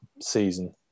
season